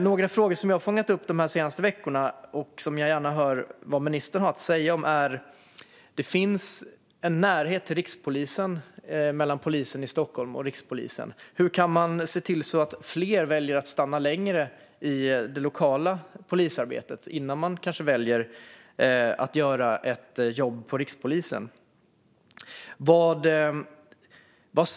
Jag har fångat upp några frågor de senaste veckorna och vill gärna höra vad ministern har att säga om dem. Det finns en närhet mellan polisen i Stockholm och rikspolisen. Hur kan man se till att fler väljer att stanna längre i det lokala polisarbetet innan de kanske väljer ett jobb på rikspolisen?